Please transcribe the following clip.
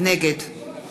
נגד